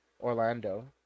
Orlando